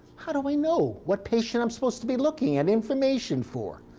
how do i know what patient i'm supposed to be looking at information for?